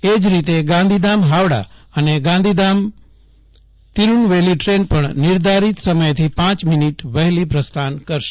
એજ રીતે ગાંધીધામ હાવડા અને ગાંધીધામ તીરુનવેલી ટ્રેન પણ નિર્ધારીત સમયથી પ મિનીટ વહેલી પ્રસ્થાન કરશે